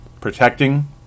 protecting